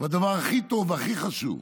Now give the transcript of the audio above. והדבר הכי טוב והכי חשוב.